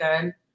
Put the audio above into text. good